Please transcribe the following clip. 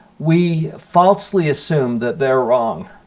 we falsely assume that they are wrong.